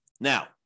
Now